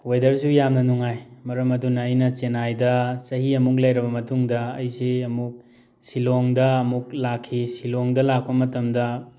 ꯋꯦꯗꯔꯁꯨ ꯌꯥꯝꯅ ꯅꯨꯡꯉꯥꯏ ꯃꯔꯝ ꯑꯗꯨꯅ ꯑꯩꯅ ꯆꯦꯟꯅꯥꯏꯗ ꯆꯍꯤ ꯑꯃꯃꯨꯛ ꯂꯩꯔꯕ ꯃꯇꯨꯡꯗ ꯑꯩꯁꯤ ꯑꯃꯨꯛ ꯁꯤꯜꯂꯣꯡꯗ ꯑꯃꯨꯛ ꯂꯥꯛꯈꯤ ꯁꯤꯜꯂꯣꯡꯗ ꯂꯥꯛꯄ ꯃꯇꯝꯗ